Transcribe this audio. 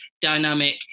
dynamic